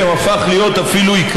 מי נגד?